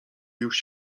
już